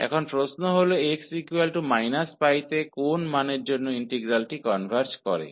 अब प्रश्न यह है कि x−π पर इंटीग्रल किस मान पर कन्वर्ज करता है